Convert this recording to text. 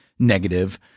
Negative